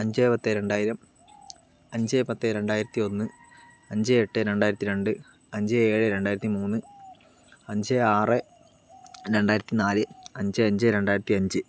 അഞ്ച് പത്ത് രണ്ടായിരം അഞ്ച് പത്ത് രണ്ടായിരത്തി ഒന്ന് അഞ്ച് എട്ട് രണ്ടായിരത്തി രണ്ട് അഞ്ച് ഏഴ് രണ്ടായിരത്തി മൂന്ന് അഞ്ച് ആറ് രണ്ടായിരത്തി നാല് അഞ്ച് അഞ്ച് രണ്ടായിരത്തി അഞ്ച്